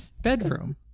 bedroom